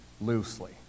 loosely